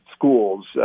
schools